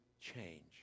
change